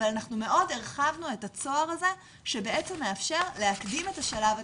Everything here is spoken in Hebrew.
אבל אנחנו מאוד הרחבנו את הצוהר הזה שבעם מאפשר להקדים את השלב התכנוני,